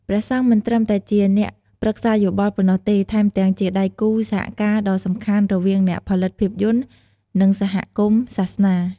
ព្រះសង្ឃមិនត្រឹមតែជាអ្នកប្រឹក្សាយោបល់ប៉ុណ្ណោះទេ ថែមទាំងជាដៃគូសហការណ៍ដ៏សំខាន់ រវាងអ្នកផលិតភាពយន្ត និងសហគមន៍សាសនា។